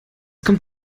kommt